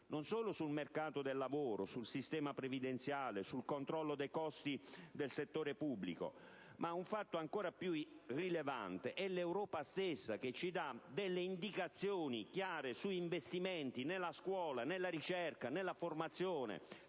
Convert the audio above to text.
sul mercato del lavoro, sul sistema previdenziale, sul controllo dei costi del settore pubblico; ma ancora più rilevante è il fatto che l'Europa stessa ci dia indicazioni chiare sugli investimenti nella scuola, nella ricerca e nella formazione,